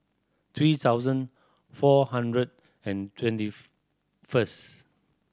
three thousand four hundred and twenty first